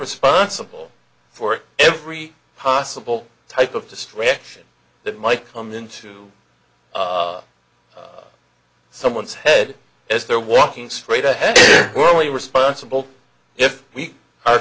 responsible for every possible type of distraction that might come into of someone's head as they're walking straight ahead we're only responsible if we are